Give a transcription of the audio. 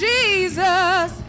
Jesus